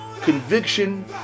conviction